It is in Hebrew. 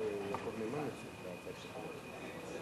שחרור על-תנאי ממאסר (תיקון מס' 13),